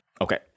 Okay